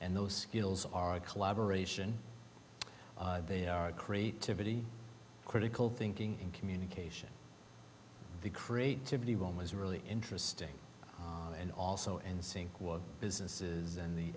and those skills are a collaboration they are a creativity critical thinking in communication the creativity one was really interesting and also in sync with businesses in the